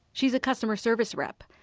she's a customer service rep.